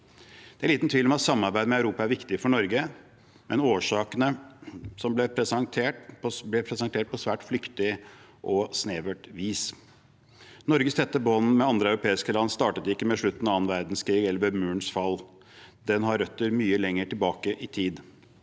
Det er liten tvil om at samarbeid med Europa er viktig for Norge, men årsakene som ble presentert, ble presentert på svært flyktig og snevert vis. Norges tette bånd med andre europeiske land startet ikke med slutten av annen verdenskrig eller med Murens fall. Det har røtter mye lenger tilbake i tid.